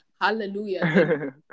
Hallelujah